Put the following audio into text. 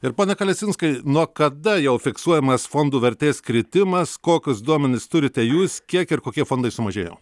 ir pone kalesinskai nuo kada jau fiksuojamas fondų vertės kritimas kokius duomenis turite jūs kiek ir kokie fondai sumažėjo